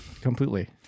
completely